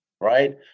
right